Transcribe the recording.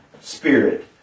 spirit